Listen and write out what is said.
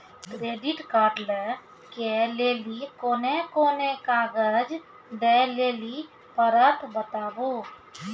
Credit card लै के लेली कोने कोने कागज दे लेली पड़त बताबू?